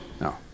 No